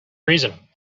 reason